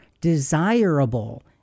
desirable